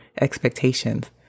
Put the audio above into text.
expectations